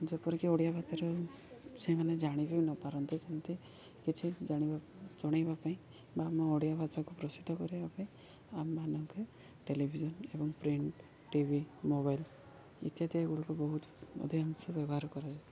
ଯେପରିକି ଓଡ଼ିଆ ଭାଷାର ସେମାନେ ଜାଣିବି ନପାରନ୍ତି ସେମିତି କିଛି ଜାଣିବା ଜଣାଇବା ପାଇଁ ବା ଆମ ଓଡ଼ିଆ ଭାଷାକୁ ପ୍ରସିଦ୍ଧ କରିବା ପାଇଁ ଆମ ମାନଙ୍କେ ଟେଲିଭିଜନ ଏବଂ ପ୍ରିଣ୍ଟ ଟିଭି ମୋବାଇଲ୍ ଇତ୍ୟାଦି ଏଗୁଡ଼ିକୁ ବହୁତ ଅଧିକାଂଶ ବ୍ୟବହାର କରାଯାଏ